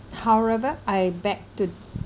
however I beg to